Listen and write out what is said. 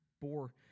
bore